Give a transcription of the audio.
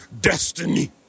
destiny